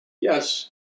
Yes